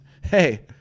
Hey